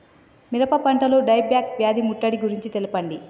మిరప పంటలో die back వ్యాధి ముట్టడి గురించి తెల్పండి?